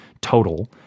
total